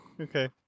Okay